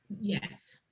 Yes